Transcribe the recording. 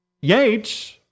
Yates